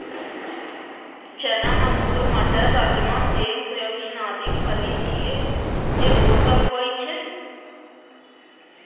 चना, मसूर, मटर, राजमा, सेम, सोयाबीन आदि फली छियै, जे पोषक होइ छै